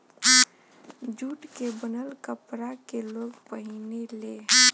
jute के बनल कपड़ा के लोग पहिने ले